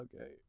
Okay